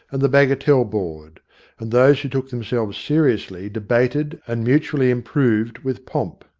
and the bagatelle board and those who took themselves seriously debated and mutually-improved with pomp.